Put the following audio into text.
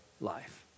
life